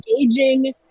engaging